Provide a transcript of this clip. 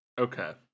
Okay